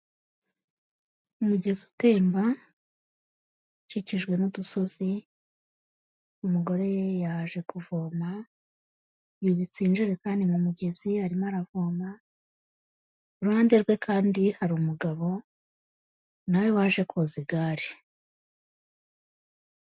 Umugezi utemba, ukikijwe n'udusozi, umugore yaje kuvoma, yubitse injerekani mu mugezi, arimo aravoma, iruhande rwe kandi hari umugabo, nawe waje koza igare.